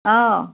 অঁ